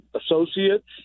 associates